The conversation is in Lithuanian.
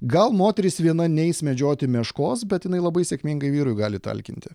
gal moteris viena neis medžioti meškos bet jinai labai sėkmingai vyrui gali talkinti